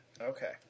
Okay